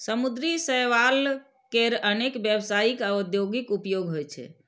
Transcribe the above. समुद्री शैवाल केर अनेक व्यावसायिक आ औद्योगिक उपयोग होइ छै